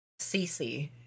CC